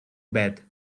bed